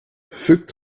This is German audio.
verfügt